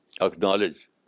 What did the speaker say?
acknowledge